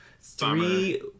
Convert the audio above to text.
three